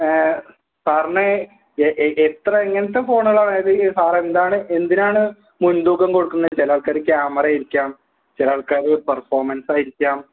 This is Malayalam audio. സാറിന് എ എ എത്ര എങ്ങനത്തെ ഫോണാണ് അതായത് സാർ എന്താണ് എന്തിനാണ് മുൻതൂക്കം കൊടുക്കുന്നത് ചില ആൾക്കാര് ക്യാമറ ആയിരിക്കാം ചില ആൾക്കാര് പെർഫോമൻസ് ആയിരിക്കാം